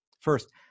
First